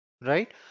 right